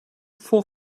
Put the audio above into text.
for